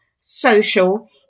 social